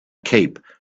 cape